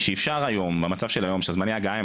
שאפשר במצב היום שבו זמני ההגעה הם